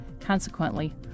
Consequently